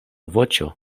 voĉo